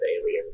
alien